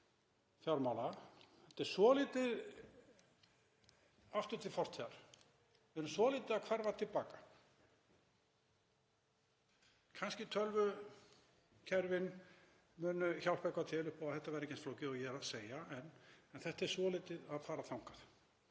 fjármála, aftur til fortíðar. Við erum svolítið að hverfa til baka. Kannski tölvukerfin muni hjálpa eitthvað upp á að þetta verði ekki eins flókið og ég er að segja en þetta er svolítið að fara þangað.